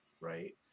right